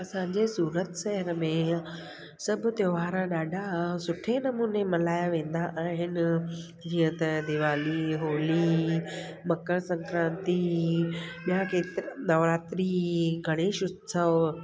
असांजे सूरत शहर में सभु त्योहार ॾाढा सुठे नमूने मल्हायां वेंदा आहिनि जीअं त दीवाली होली मकर संक्राति ॿिया केतिरा नवरात्रि गणेश उत्सव